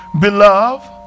beloved